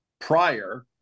prior